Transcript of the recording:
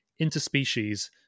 interspecies